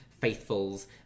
faithfuls